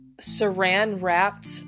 saran-wrapped